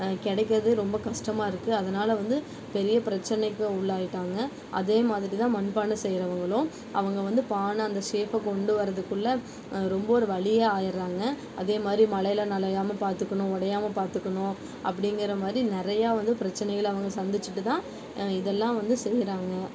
கிடைக்கிறதே ரொம்ப கஷ்டமா இருக்குது அதனால் வந்து பெரிய பிரச்சனைக்கு உள்ளாகிட்டாங்க அதே மாதிரிதான் மண் பானை செய்கிறவங்களும் அவங்க வந்து பானை அந்த ஷேப்பை கொண்டு வரதுக்குள்ள ரொம்ப ஒரு வழியாக ஆயிடறாங்க அதேமாதிரி மழையில் நனையாம பார்த்துக்கணும் உடையாம பார்த்துக்கணும் அப்படிங்கிறமாதிரி நிறையா வந்து பிரச்சனைகளை அவங்க சந்திச்சிகிட்டு தான் இதெல்லாம் வந்து செய்கிறாங்க